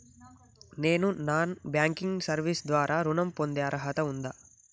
నేను non banking service ద్వారా ఋణం పొందే అర్హత ఉందా?